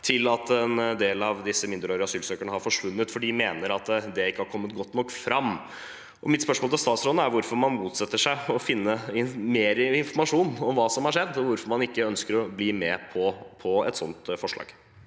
til at en del av disse mindreårige asylsøkerne har forsvunnet, for de mener at det ikke har kommet godt nok fram. Mitt spørsmål til statsråden er: Hvorfor motsetter man seg å finne mer informasjon om hva som har skjedd, og hvorfor ønsker man ikke å bli med på et slikt forslag?